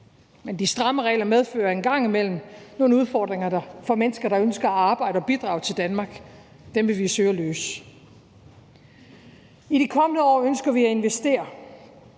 men de stramme regler medfører en gang imellem nogle udfordringer for mennesker, der ønsker at arbejde og bidrage til Danmark. Dem vil vi søge at løse. I de kommende år ønsker vi at investere